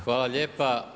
Hvala lijepo.